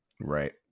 Right